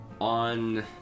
On